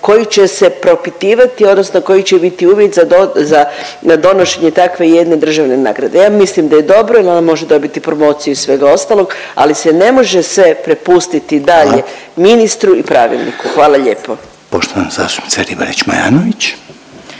koji će se propitivati odnosno koji će biti uvjet za dod… za donošenje takve jedne državne nagrade. Ja mislim da je dobro i da ovo može dobiti promociju i svega ostalog, ali se ne može sve prepustiti dalje … …/Upadica Željko Reiner: Hvala./… … ministru i pravilniku.